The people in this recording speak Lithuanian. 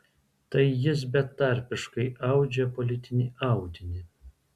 tai jis betarpiškai audžia politinį audinį